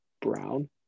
Brown